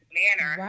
manner